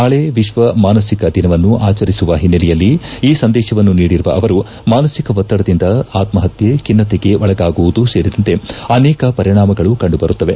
ನಾಳೆ ವಿಕ್ಷ ಮಾನಸಿಕ ದಿನವನ್ನು ಆಚರಿಸುವ ಹಿನ್ನೆಲೆಯಲ್ಲಿ ಈ ಸಂದೇಶವನ್ನು ನೀಡಿರುವ ಅವರು ಮಾನಸಿಕ ಒತ್ತಡದಿಂದ ಆತ್ಸಹತ್ಯೆ ಖಿನ್ನತೆಗೆ ಒಳಗಾಗುವುದೂ ಸೇರಿದಂತೆ ಅನೇಕ ಪರಿಣಾಮಗಳು ಕಂಡು ಬರುತ್ತವೆ